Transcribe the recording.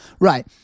Right